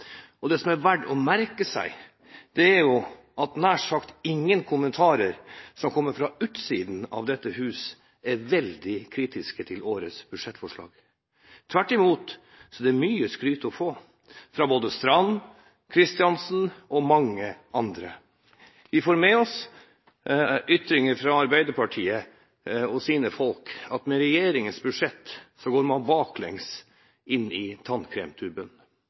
Og det som er verdt å merke seg, er at nær sagt ingen kommentarer som kommer fra utsiden av dette hus, er veldig kritiske til årets budsjettforslag. Tvert imot er det mye skryt å få fra både Strand, Kristiansen og mange andre. Vi får med oss ytringer fra Arbeiderpartiet og deres folk om at med regjeringens budsjett går man baklengs inn i